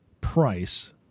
price